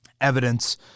evidence